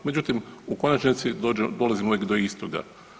Međutim, u konačnici dolazimo uvijek do istoga.